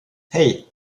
hey